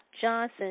Johnson